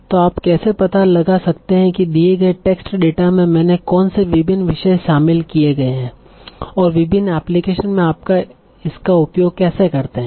तो आप कैसे पता लगा सकते हैं कि दिए गए टेक्स्ट डेटा में मैंने कौन से विभिन्न विषय शामिल किए हैं और विभिन्न एप्लीकेशन में आप इसका उपयोग कैसे करते हैं